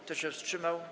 Kto się wstrzymał?